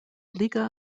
liga